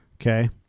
Okay